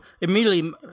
immediately